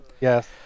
yes